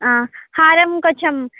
హారం కొంచం